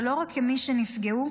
ולא רק כמי שנפגעו,